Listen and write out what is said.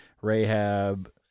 Rahab